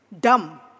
dumb